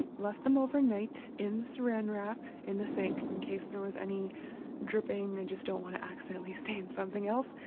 left them overnight in the saran wrap in the sink, in case there was any dripping and just don't want to accidentally stain something else.